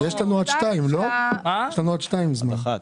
מחר יגיע לכאן שר האוצר.